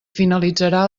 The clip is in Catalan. finalitzarà